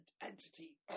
entity